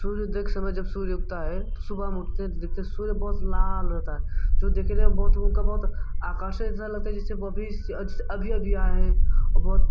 सूर्योदय के समय जब सूर्य उगता है तो सुबह में उठते हैं तो देखते हैं सूर्य बहुत लाल होता है जो दिखने में बहुत उनका बहुत आकर्षक इतना लगता है जैसे वो भी अभी अभी आए हैं और बहुत